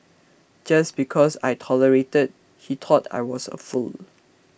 just because I tolerated he thought I was a fool